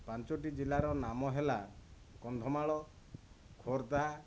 ପାଞ୍ଚୋଟି ଜିଲ୍ଲାର ନାମ ହେଲା କନ୍ଧମାଳ ଖୋର୍ଦ୍ଧା